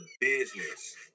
business